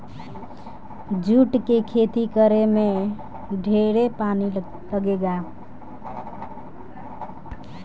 जुट के खेती करे में ढेरे पानी लागेला